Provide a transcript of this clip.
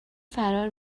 فرار